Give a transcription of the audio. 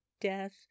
death